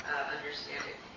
Understanding